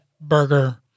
burger